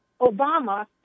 Obama